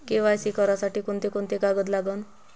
KYC करासाठी कोंते कोंते कागद लागन?